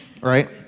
right